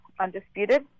Undisputed